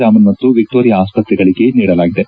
ರಾಮನ್ ಮತ್ತು ವಿಕ್ಚೋರಿಯಾ ಆಸ್ಪತ್ರೆಗಳಿಗೆ ನೀಡಲಾಯಿತು